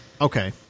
Okay